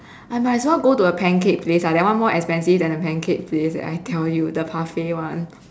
I might as well go to a pancake place lah that one more expensive than a pancake place leh I tell you the parfait [one]